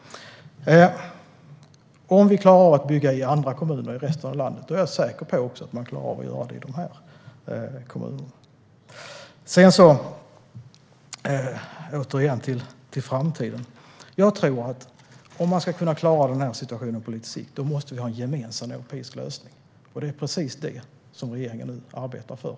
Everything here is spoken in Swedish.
Om vi klarar av att bygga i andra kommuner i resten av landet är jag säker på att man klarar av att göra det också i dessa kommuner. Om vi återgår till att tala om framtiden tror jag att om man ska kunna klara den här situationen på lite sikt måste vi ha en gemensam europeisk lösning, och det är precis det som regeringen nu arbetar för.